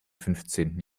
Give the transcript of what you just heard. fünfzehnten